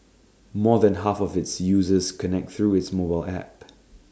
more than half of its users connect through its mobile app